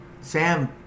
Sam